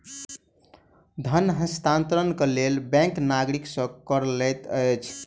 धन हस्तांतरण के लेल बैंक नागरिक सॅ कर लैत अछि